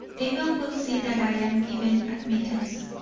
abel will see that i am given admittance.